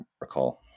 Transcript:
recall